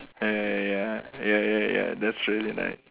ya ya ya ya ya ya that's really nice